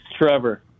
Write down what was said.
Trevor